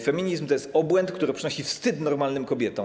Feminizm to jest obłęd, który przynosi wstyd normalnym kobietom.